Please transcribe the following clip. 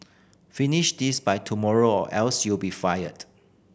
finish this by tomorrow or else you'll be fired